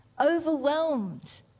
overwhelmed